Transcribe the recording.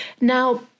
Now